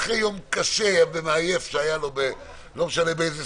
ומגיע שוטר אחרי יום קשה ומעייף וסופר 13